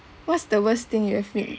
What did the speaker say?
what's the worst thing you have wit~